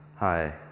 Hi